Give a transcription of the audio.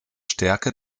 stärke